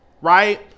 Right